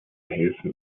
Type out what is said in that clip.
helfen